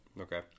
Okay